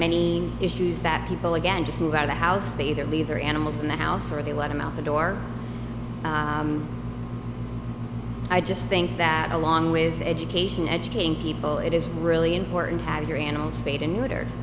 many issues that people again just move out of the house they either leave their animals in the house or they let him out the door i just think that along with education educating people it is really important that your animal